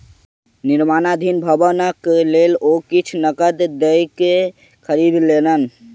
निर्माणाधीन भवनक लेल ओ किछ नकद दयके खरीद लेलैन